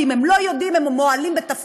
כי אם הם לא יודעים הם מועלים בתפקידם,